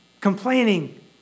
complaining